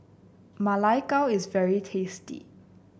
Ma Lai Gao is very tasty